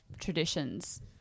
traditions